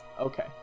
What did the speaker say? Okay